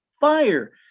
fire